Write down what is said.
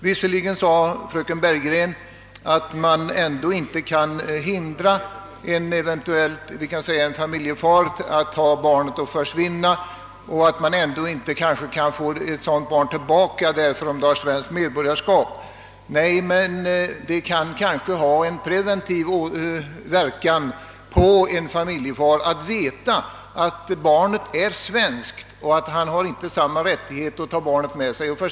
Visserligen sade fröken Bergegren att man ändå inte kan hindra en far att ta barnen med sig och försvinna och att man kanske inte kan få ett sådant barn tillbaka, även om det har svenskt medborgarskap. Kanske skulle det ändå ha en preventiv verkan om fadern visste att barnet är svenskt och att han inte har samma rättighet att ta barnet med sig.